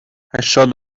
هشتاد